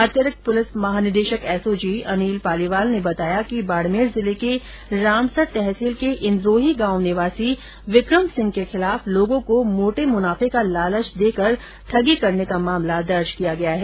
अतिरिक्त पुलिस महानिदेशक एसओजी अनिल पालीवाल ने बताया कि बाड़मेर जिले के रामसर तहसील के इन्द्रोही गांव निवासी विक्रमसिंह के खिलाफ लोगों को मोटे मुनाफे का लालच देकर ठगी करने में का मामला दर्ज किया गया है